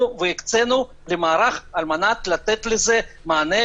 והקצינו למערך על מנת לתת לזה מענה,